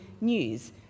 news